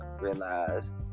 Realize